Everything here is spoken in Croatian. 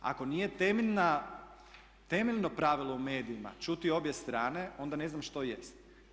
Ako nije temeljno pravilo u medijima čuti obje strane onda ne znam što jest.